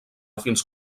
fins